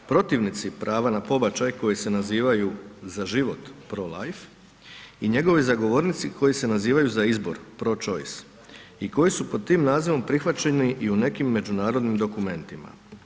Protivnici prava na pobačaj koji se nazivaju „Za život pro-life“ i njegovi zagovornici koji se nazivaju „Za izbor pro-choice“ i koji su pod tim nazivom prihvaćeni i u nekim međunarodnim dokumentima.